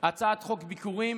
הצעת חוק ביכורים